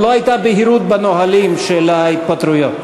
לא הייתה בהירות בנהלים של ההתפטרויות.